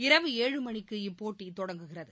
இரவு ஏழு மணிக்கு இப்போட்டி தொடங்குகிறது